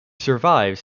survived